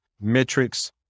metrics